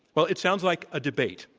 well, it sounds like a debate.